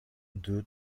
due